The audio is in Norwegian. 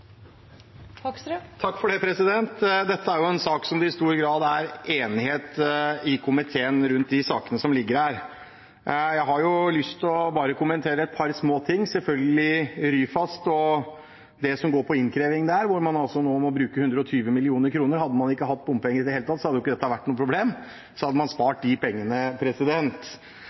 en sak der det i stor grad er enighet i komiteen om de sakene som ligger der. Jeg har lyst til å kommentere et par små ting – selvfølgelig Ryfast og det som gjelder innkreving, der man altså nå må bruke 120 mill. kr. Hadde man ikke hatt bompenger i det hele tatt, hadde ikke dette vært noe problem. Da hadde man spart de pengene.